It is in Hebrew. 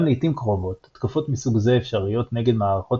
אולם לעיתים קרובות התקפות מסוג זה אפשריות נגד מערכות